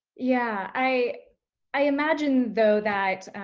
yeah, i i imagine though that,